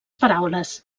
paraules